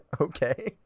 Okay